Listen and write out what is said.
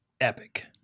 epic